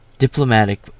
Diplomatic